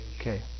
Okay